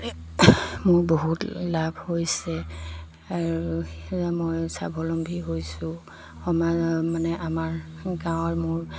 মোৰ বহুত লাভ হৈছে আৰু মই স্বাৱলম্বী হৈছোঁ মানে আমাৰ গাঁৱৰ মোৰ